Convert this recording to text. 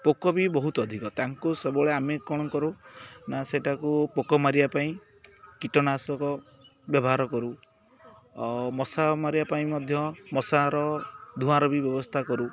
ପୋକ ବି ବହୁତ ଅଧିକ ତାଙ୍କୁ ସବୁବେଳେ ଆମେ କ'ଣ କରୁ ନା ସେଇଟାକୁ ପୋକ ମାରିବା ପାଇଁ କୀଟନାଶକ ବ୍ୟବହାର କରୁ ମଶା ମାରିବା ପାଇଁ ମଧ୍ୟ ମଶାର ଧୂଆଁର ବି ବ୍ୟବସ୍ଥା କରୁ